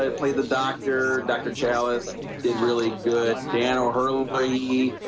ah, played the doctor. dr. chalice did really good dan overly.